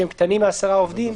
שהם קטנים מ-10 עובדים.